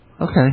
Okay